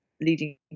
leading